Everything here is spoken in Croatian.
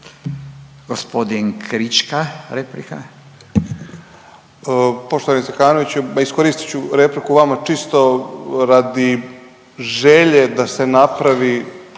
Gospodin Krička replika.